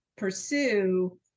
pursue